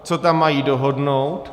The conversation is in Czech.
Co tam mají dohodnout?